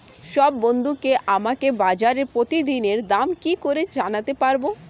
সব বন্ধুকে আমাকে বাজারের প্রতিদিনের দাম কি করে জানাতে পারবো?